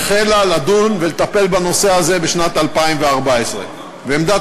החלה לדון ולטפל בנושא הזה בשנת 2014. עמדת